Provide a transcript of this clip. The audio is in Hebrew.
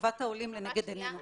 שטובת העולים לנגד עינינו.